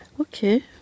Okay